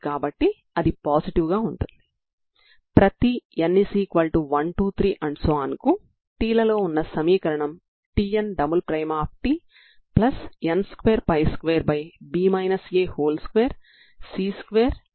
కాబట్టి ప్రతి విలువకి అది ఒక సాధారణ అవకలన సమీకరణాన్ని సూచిస్తుంది